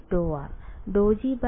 വിദ്യാർത്ഥി ∂G∂r